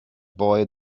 boy